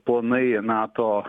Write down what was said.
planai nato